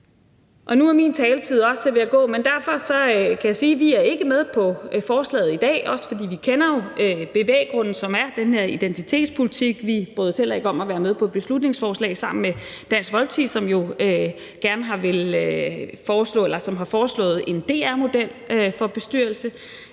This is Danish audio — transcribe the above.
Nu er min taletid ved at gå, men jeg kan sige, at vi derfor ikke er med på forslaget i dag, også fordi vi jo kender bevæggrunden, som er den her identitetspolitik. Vi bryder os heller ikke om at være med på et beslutningsforslag sammen med Dansk Folkeparti, som jo har foreslået en DR-model for en bestyrelse.